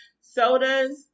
Sodas